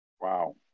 Wow